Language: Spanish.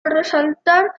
resaltar